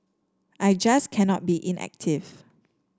I just cannot be inactive